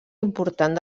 important